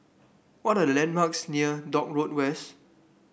what are the landmarks near Dock Road West